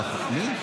לא מחיאות כפיים.